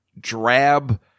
drab